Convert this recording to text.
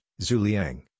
Zuliang